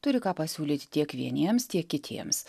turi ką pasiūlyti tiek vieniems tiek kitiems